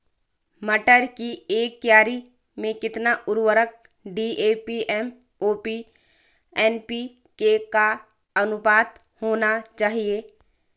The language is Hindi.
मटर की एक क्यारी में कितना उर्वरक डी.ए.पी एम.ओ.पी एन.पी.के का अनुपात होना चाहिए?